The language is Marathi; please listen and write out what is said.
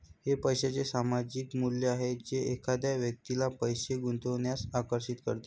हे पैशाचे सामायिक मूल्य आहे जे एखाद्या व्यक्तीला पैसे गुंतवण्यास आकर्षित करते